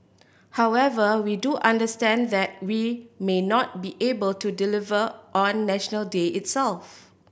however we do understand that we may not be able to deliver on National Day itself